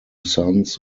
sons